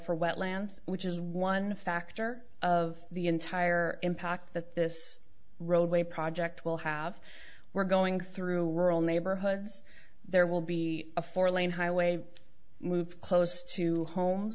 for wetlands which is one factor of the entire impact that this roadway project will have we're going through rural neighborhoods there will be a four lane highway move close to home